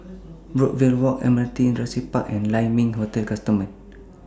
Brookvale Walk Admiralty Industrial Park and Lai Ming Hotel customer